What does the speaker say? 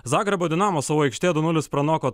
zagrebo dinamo savo aikštėje du nulis pranoko